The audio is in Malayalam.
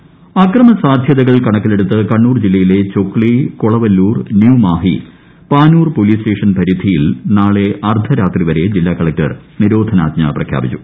കണ്ണൂർ നിരോധനാജ്ഞ അക്രമ സാധ്യതകൾ കണക്കിലെടുത്ത് കണ്ണൂർ ജില്ലയിലെ ചൊക്സി കൊളവല്ലൂർ ന്യൂമാഹി പാനൂർ പൊലീസ് സ്റ്റേഷൻ പരിധിയിൽ നാളെ അർദ്ധരാത്രി വരെ ജില്ലാ കളക്ടർ നിരോധനാജ്ഞ പ്രഖ്യാപിച്ചു